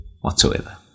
whatsoever